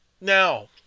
now